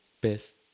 best